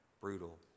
brutal